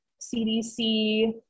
CDC